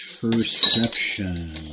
Perception